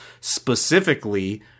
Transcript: specifically